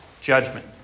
Judgment